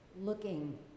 looking